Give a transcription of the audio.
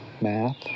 math